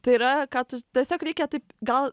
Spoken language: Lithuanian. tai yra ką tu tiesiog reikia taip gal